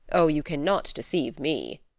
oh! you cannot deceive me,